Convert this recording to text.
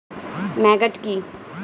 Maggot কি?